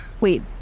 wait